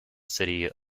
city